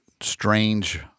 strange